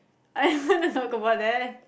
I don't want to talk about that